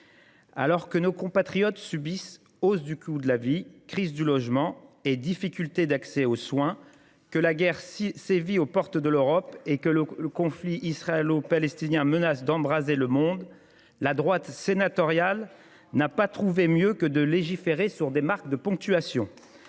alors que nos compatriotes subissent hausse du coût de la vie, crise du logement et difficultés d’accès aux soins, que la guerre sévit aux portes de l’Europe et que le conflit israélo palestinien menace d’embraser le monde, la droite sénatoriale n’a pas trouvé mieux que de légiférer sur des marques de ponctuation